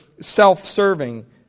self-serving